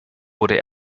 wurde